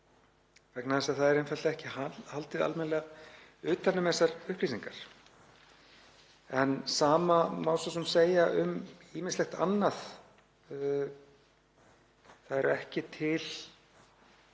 vegna þess að það er einfaldlega ekki haldið almennilega utan um þessar upplýsingar. En sama má svo sem segja um ýmislegt annað, það er ekki til